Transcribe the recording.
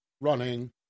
running